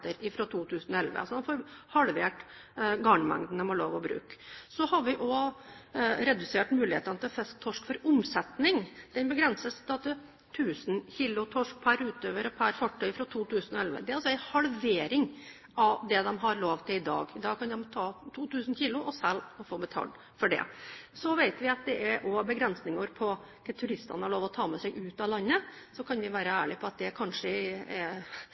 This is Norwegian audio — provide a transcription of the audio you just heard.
fra 2011. Garnmengden man har lov til å bruke, er altså redusert. Så har vi også redusert mulighetene til å fiske torsk for omsetning. Den begrenses til 1 000 kr torsk per utøver og per fartøy fra 2011. Det er altså en halvering av det man har lov til i dag. I dag kan man ta opp 2 000 kg og selge og få betalt for det. Vi vet at det også er begrensninger for hva turistene har lov til å ta med ut av landet. Vi kan være ærlige på at det kanskje er